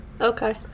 Okay